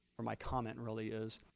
or my comment really is,